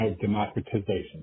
democratization